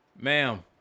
Ma'am